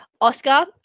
Oscar